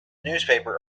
newspaper